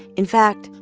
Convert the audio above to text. in fact,